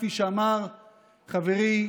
כפי שאמר חברי,